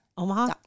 Omaha